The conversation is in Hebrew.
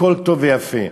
הכול טוב ויפה.